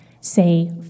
say